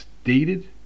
stated